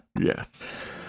Yes